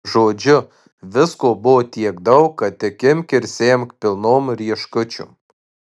žodžiu visko buvo tiek daug kad tik imk ir semk pilnom rieškučiom